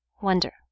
wonder